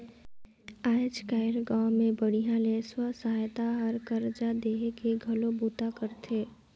आयज कायल गांव मे बड़िहा ले स्व सहायता हर करजा देहे के घलो बूता करथे